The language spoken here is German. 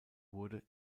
wurde